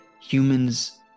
humans